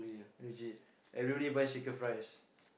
legit everybody buy shaker fries